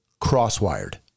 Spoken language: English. crosswired